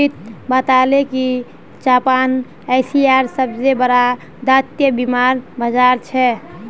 रोहित बताले कि जापान एशियार सबसे बड़ा दायित्व बीमार बाजार छे